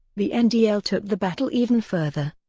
the and ndl took the battle even further.